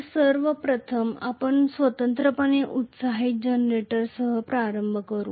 तर सर्व प्रथम आपण स्वतंत्रपणे एक्साइटेड जनरेटरसह प्रारंभ करू